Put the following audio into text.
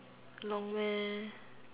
long meh